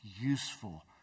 useful